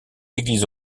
église